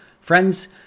Friends